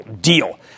deal